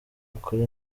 akora